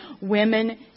women